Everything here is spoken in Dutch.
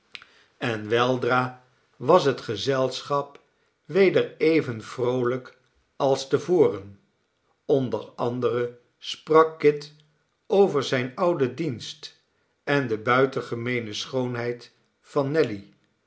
en weldra was het gezelschap weder even vroohjk als te voren onder anderen sprak kit over zijn ouden dienst en de buitengemeene schoonheid van nelly